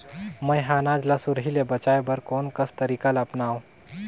मैं ह अनाज ला सुरही से बचाये बर कोन कस तरीका ला अपनाव?